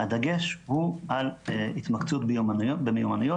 הדגש הוא על התמקצעות במיומנויות,